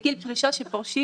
שבגיל פרישה שפורשים